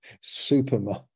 superman